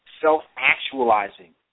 self-actualizing